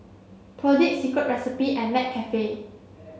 Perdix Secret Recipe and McCafe